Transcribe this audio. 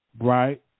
Right